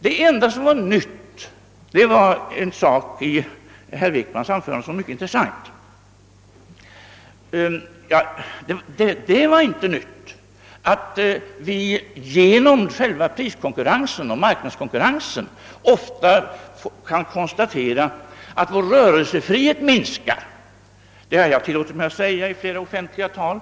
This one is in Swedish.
Det enda nya i herr Wickmans anförande var en mycket intressant sak. Det var inte nytt att vi genom själva prisoch marknadskonkurrensen ofta kan konstatera att vår rörelsefrihet har minskat. Det har jag tillåtit mig säga i flera offentliga tal.